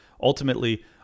Ultimately